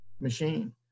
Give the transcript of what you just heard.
machine